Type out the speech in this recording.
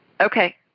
Okay